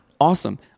Awesome